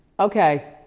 okay.